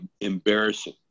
embarrassing